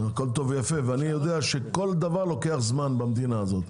הכל טוב ויפה ואני יודע שכל דבר לוקח זמן במדינה הזאת,